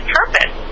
purpose